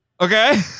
okay